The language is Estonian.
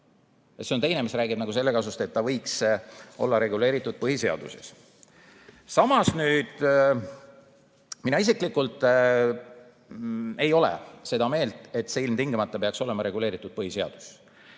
See on teine asi, mis räägib selle kasuks, et ta võiks olla reguleeritud põhiseaduses. Samas, mina isiklikult ei ole seda meelt, et see ilmtingimata peaks olema reguleeritud põhiseaduses.